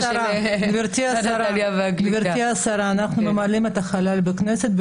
גברתי השרה, אנחנו ממלאים את החלל בכנסת.